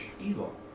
evil